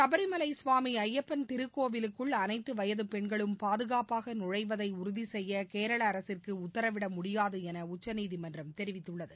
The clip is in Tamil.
சபரிமலை சுவாமி அய்யப்பன் திருக்கோவிலுக்குள் அனைத்து வயது பெண்களும் பாதுகாப்பாக நுழைவதை உறுதி செய்ய கேரள அரசிற்கு உத்தரவிட முடியாது என உச்சநீதிமன்றம் தெரிவித்துள்ளது